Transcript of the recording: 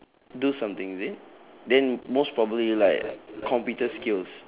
do something is it then most probably like computer skills